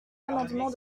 amendement